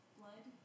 blood